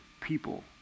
people